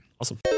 Awesome